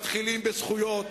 מתחילים בזכויות